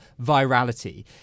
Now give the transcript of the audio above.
virality